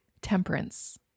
temperance